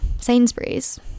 Sainsbury's